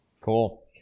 Cool